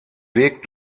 weg